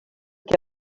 que